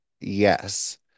Yes